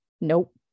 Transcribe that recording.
Nope